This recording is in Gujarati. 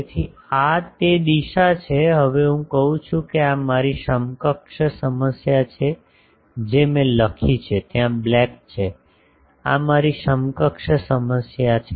તેથી આ તે દિશા છે હવે હું કહું છું કે આ મારી સમકક્ષ સમસ્યા છે જે મેં લખી છે ત્યાં બ્લેક છે આ મારી સમકક્ષ સમસ્યા છે